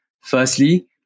Firstly